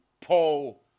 Paul